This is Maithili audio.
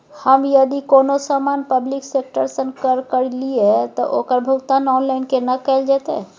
हम यदि कोनो सामान पब्लिक सेक्टर सं क्रय करलिए त ओकर भुगतान ऑनलाइन केना कैल जेतै?